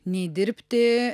nei dirbti